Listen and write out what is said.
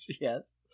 Yes